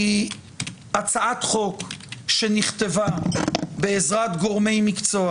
היא הצעת חוק שנכתבה בעזרת גורמי מקצוע